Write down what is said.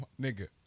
nigga